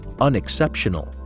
unexceptional